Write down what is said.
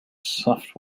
soft